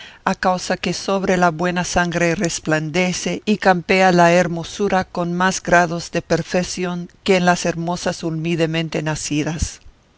a causa que sobre la buena sangre resplandece y campea la hermosura con más grados de perfeción que en las hermosas humildemente nacidas